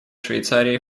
швейцарии